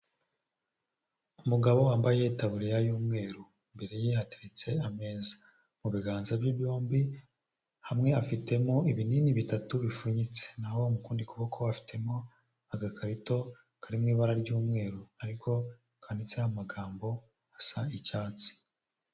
Umugabo wambaye taburiya y'umweru, imbere ye hateretse ameza. Mu biganza bye byombi hamwe afitemo ibinini bitatu bifunyitse, naho mukundi kuboko afitemo agakarito karimo ibara ry'umweru, ariko kandiwanditseho amagambo asa icyatsi.